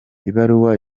ibaruwa